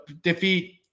defeat